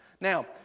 Now